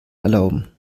erlauben